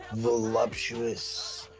voluptuous,